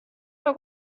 der